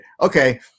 okay